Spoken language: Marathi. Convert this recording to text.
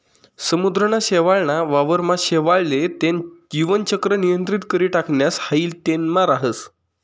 समुद्रना शेवाळ ना वावर मा शेवाळ ले तेन जीवन चक्र नियंत्रित करी टाकणस हाई तेनमा राहस